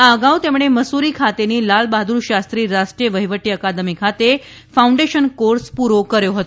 આ અગાઉ તેમણે મસૂરી ખાતેની લાલ બહાદુર શાસ્ત્રી રાષ્ટ્રીય વહિવટી અકાદમી ખાતે ફાઉન્ડેશન કોર્સ પુરો કર્યો હતો